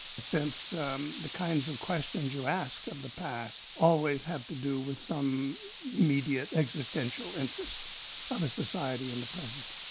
since um the kinds of questions you ask of the past always have to do with some immediate existential interest of a society in the present.